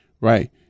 Right